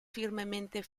firmemente